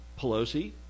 Pelosi